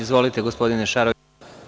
Izvolite, gospodine Šaroviću.